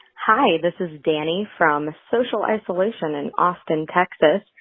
hi. this is dani from the social isolation in austin, texas.